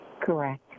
Correct